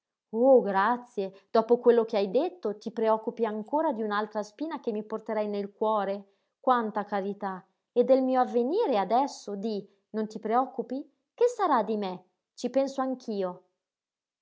oh grazie dopo quello che hai detto ti preoccupi ancora di un'altra spina che mi porterei nel cuore quanta carità e del mio avvenire adesso di non ti preoccupi che sarà di me ci penso anch'io